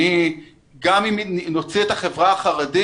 גם אם נוציא את החברה החרדית,